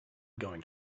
going